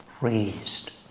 Raised